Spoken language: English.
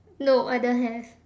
no I don't have